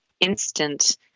Instant